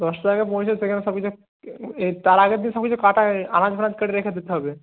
দশটার আগে পৌঁছে সেখানে সব তার আগের দিন সবই কিছু কাটা হয়ে আনাজ ফানাজ কেটে রেখে দিতে হবে